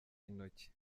intoki